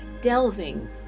delving